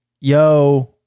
Yo